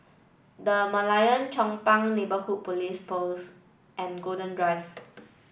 the Merlion Chong Pang Neighbourhood Police Post and Golden Drive